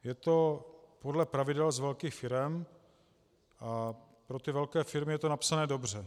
Je to podle pravidel z velkých firem a pro velké firmy je to napsáno dobře.